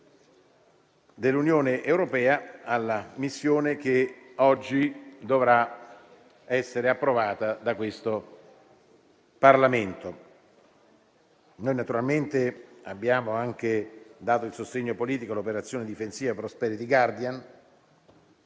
dell'Unione europea alla missione che oggi dovrà essere approvata da questo Parlamento. Naturalmente abbiamo anche dato il sostegno politico all'operazione difensiva Prosperity Guardian